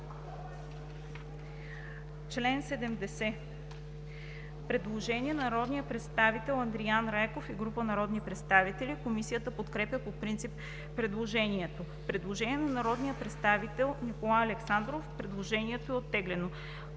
чл. 70 има предложение на народния представител Андриан Райков и група народни представители. Комисията подкрепя по принцип предложението. Предложение на народния представител Николай Александров. Предложението е оттеглено.